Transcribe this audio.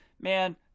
man